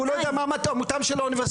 והוא לא יודע מה מטרתן של האוניברסיטאות.